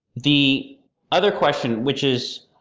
the other question, which is,